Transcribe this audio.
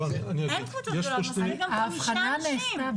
אין קבוצות גדולות, מספיק גם חמישה אנשים.